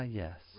yes